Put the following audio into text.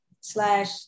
slash